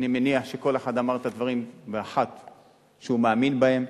אני מניח שכל אחד ואחת אמר את הדברים שהוא מאמין בהם.